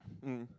mm